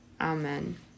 Amen